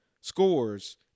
scores